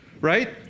right